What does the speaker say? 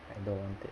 I don't want it